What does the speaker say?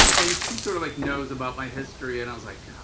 and she sort of like knows about my history. and i was like